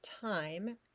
time